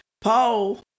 Paul